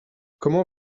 comment